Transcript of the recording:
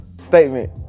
statement